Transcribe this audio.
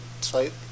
site